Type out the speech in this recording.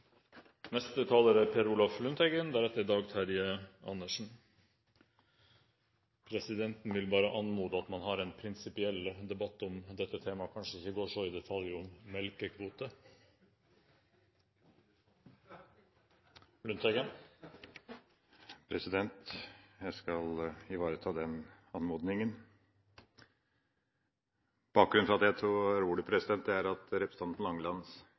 Neste taler er Per Olaf Lundteigen. Presidenten vil bare anmode om at man har en prinsipiell debatt om dette temaet og kanskje ikke går så i detalj om melkekvoter! Jeg skal etterkomme den anmodningen! Bakgrunnen for at jeg tar ordet, er at representanten